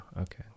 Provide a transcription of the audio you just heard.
Okay